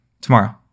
Tomorrow